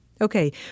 Okay